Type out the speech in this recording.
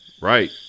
Right